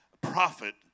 prophet